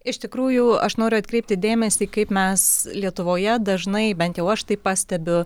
iš tikrųjų aš noriu atkreipti dėmesį kaip mes lietuvoje dažnai bent jau aš tai pastebiu